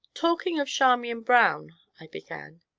talking of charmian brown i began.